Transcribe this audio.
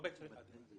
לא בהקשר הזה.